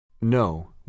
No